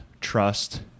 trust